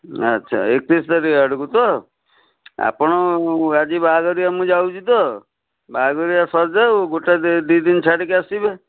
ଆଚ୍ଛା ଏକତିରିଶ ତାରିଖ ଆଡ଼କୁ ତ ଆପଣ ଆଜି ବାହାଘରିଆ ମୁଁ ଯାଉଛି ତ ବାହାଘରିଆ ସରିଯାଉ ଗୋଟେ ଦୁଇ ଦିନ ଛାଡ଼ିକି ଆସିବେ